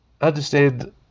understand